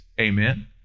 Amen